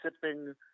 sipping